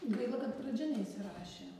gaila kad pradžia neįsirašė